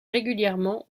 régulièrement